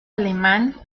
alemán